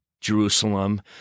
Jerusalem